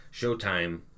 Showtime